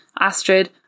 Astrid